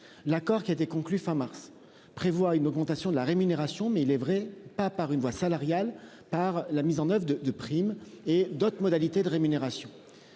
l'accord qui a été conclu fin mars prévoit une augmentation de la rémunération, mais il est vrai pas par une voie salariale par la mise en oeuvre de de primes et d'autres modalités de rémunération.